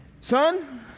son